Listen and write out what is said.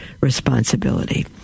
responsibility